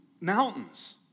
mountains